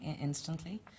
instantly